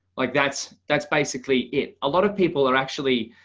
like that's, that's basically it. a lot of people are actually